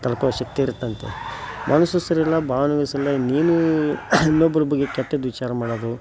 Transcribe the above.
ತಡ್ಕೊಳ್ಳೊ ಶಕ್ತಿ ಇರತ್ತಂತೆ ಮನಸು ಸರಿ ಇಲ್ಲ ಭಾವ್ನೆನೂ ಸರಿ ಇಲ್ಲ ಇನ್ನೇನು ಇನ್ನೊಬ್ರ ಬಗ್ಗೆ ಕೆಟ್ಟದ್ದು ವಿಚಾರ ಮಾಡೋದು